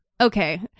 okay